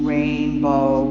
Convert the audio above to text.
Rainbow